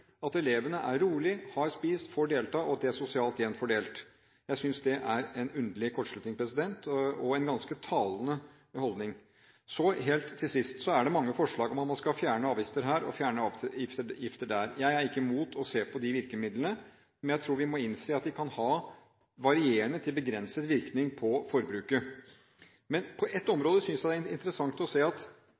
at elevene er rolige, har spist og får delta, og at de er sosialt sett jevnt fordelt. Jeg synes det er en underlig kortslutning og en ganske talende holdning. Helt til sist: Det er mange forslag om at man skal fjerne avgifter her og fjerne avgifter der. Jeg er ikke imot å se på disse virkemidlene, men jeg tror vi må innse at de har varierende til begrenset virkning på forbruket. På ett område synes jeg det er interessant å se at